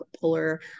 puller